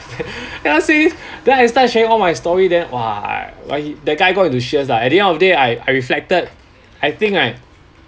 then they all say this then I start sharing all my story then !wah! but he that guy got into sheares lah at the end of the day I I reflected I think I